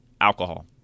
alcohol